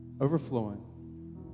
overflowing